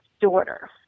daughter